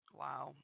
wow